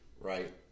right